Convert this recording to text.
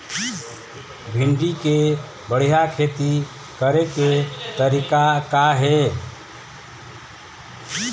भिंडी के बढ़िया खेती करे के तरीका का हे?